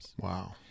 Wow